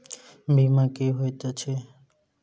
बीमा की होइत छी?